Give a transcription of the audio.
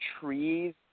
trees